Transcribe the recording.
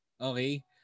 Okay